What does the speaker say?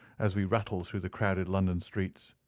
as we rattled through the crowded london streets.